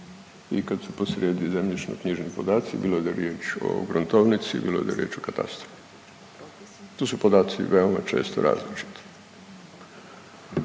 i kad su posrijedi zemljišno-knjižni podaci, bilo da je riječ o gruntovnici, bilo da je riječ o katastru. Tu su podaci veoma često različiti.